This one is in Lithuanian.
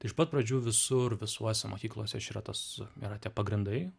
iš pat pradžių visur visuose mokyklose čia yra tas yra tie pagrindai